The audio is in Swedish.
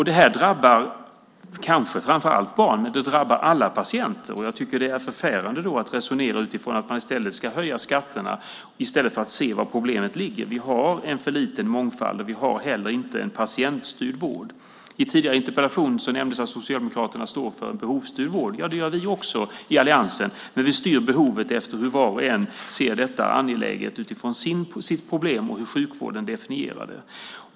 Det här drabbar kanske framför allt barnen, men det drabbar alla patienter. Jag tycker då att det är förfärande att resonera utifrån att man ska höja skatterna i stället för att se var problemet ligger. Vi har en för liten mångfald, och vi har inte heller en patientstyrd vård. I en tidigare interpellation nämndes att Socialdemokraterna står för en behovsstyrd vård. Ja, det gör vi i alliansen också, men vi styr behovet efter hur angeläget var och en ser detta utifrån sitt problem och hur sjukvården definierar det.